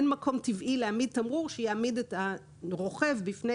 אין מקום טבעי להעמיד תמרור שיעמיד את הרוכב בפני